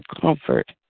comfort